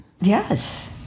Yes